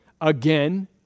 again